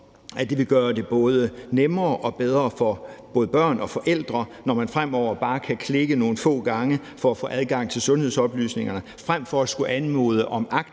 at det vil gøre det både nemmere og bedre for både børn og forældre, når man fremover bare kan klikke nogle få gange for at få adgang til sundhedsoplysningerne frem for at skulle anmode om